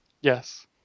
Yes